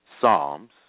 Psalms